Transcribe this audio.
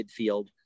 midfield